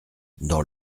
dans